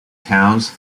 towns